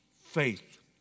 Faith